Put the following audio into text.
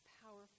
powerful